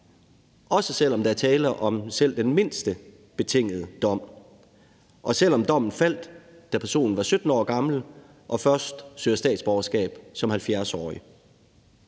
også selv om der er tale om selv den mindste betingede dom, og selv om dommen faldt, da personen var 17 år gammel, og personen først søger statsborgerskab som 70-årig.